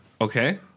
okay